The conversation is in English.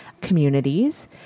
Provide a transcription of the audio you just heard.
communities